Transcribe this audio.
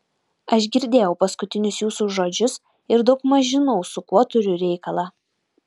aš girdėjau paskutinius jūsų žodžius ir daugmaž žinau su kuo turiu reikalą